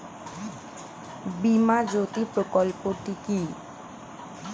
বীমা জ্যোতি প্রকল্পটি কি?